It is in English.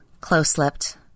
close-lipped